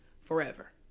Forever